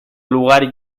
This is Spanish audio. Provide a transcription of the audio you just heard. lugar